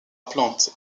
plante